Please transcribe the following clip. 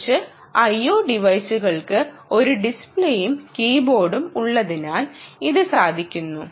മറിച്ച് IO ടിവൈസുകൾക്ക് ഒരു ഡിസ്പ്ലേയും കീബോർഡും ഉള്ളതിനാൽ ഇത് സാധിക്കുന്നു